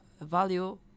value